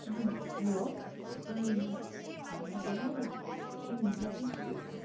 hello ठिकै छौ अँ म पनि ठिकै छु